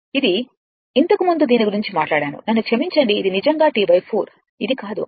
ఇది ఇంతకుముందు దీని గురించి మాట్లాడాను నన్ను క్షమించండి ఇది నిజంగా T 4 ఇది కాదు